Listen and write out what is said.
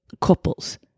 couples